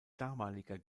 damaliger